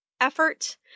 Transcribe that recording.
effort